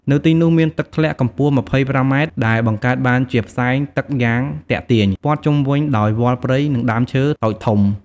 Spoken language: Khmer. នៅទីនោះ មានទឹកធ្លាក់កម្ពស់២៥ម៉ែត្រ ដែលបង្កើតបានជាផ្សែងទឹកយ៉ាងទាក់ទាញ ព័ទ្ធជុំវិញដោយវល្លិព្រៃ និងដើមឈើតូចធំ។